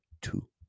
Two